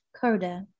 Coda